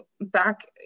back